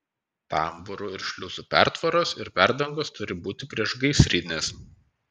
tambūrų ir šliuzų pertvaros ir perdangos turi būti priešgaisrinės